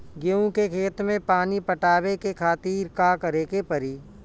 गेहूँ के खेत मे पानी पटावे के खातीर का करे के परी?